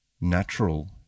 natural